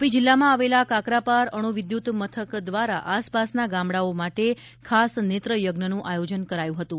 તાપી જિલ્લામાં આવેલા કાકરાપાર અણુ વિદ્યુત મથક દ્વારા આસપાસના ગામડાંઓ માટે ખાસ નેત્ર યજ્ઞનું આયોજન કરાયું હતું